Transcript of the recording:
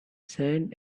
sand